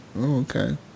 okay